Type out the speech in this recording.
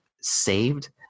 saved